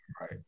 right